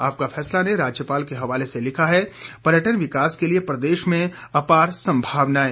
आपका फैसला ने राज्यपाल के हवाले से लिखा है पर्यटन विकास के लिए प्रदेश में अपार संभावनाएं